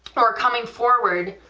are coming forward.